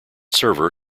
server